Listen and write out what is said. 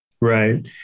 Right